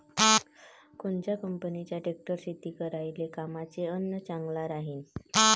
कोनच्या कंपनीचा ट्रॅक्टर शेती करायले कामाचे अन चांगला राहीनं?